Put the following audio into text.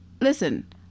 Listen